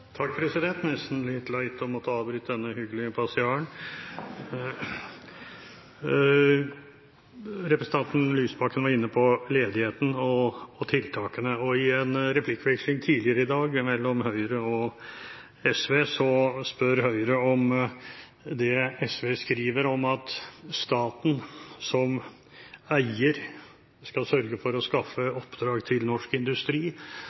Lysbakken var inne på ledigheten og tiltakene. I en replikkveksling tidligere i dag mellom Høyre og SV spør Høyre om det SV skriver om at staten som eier skal sørge for å skaffe oppdrag til norsk industri.